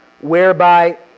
whereby